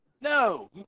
No